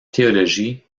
théologie